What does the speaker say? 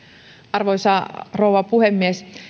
arvoisa rouva puhemies